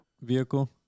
vehicle